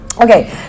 Okay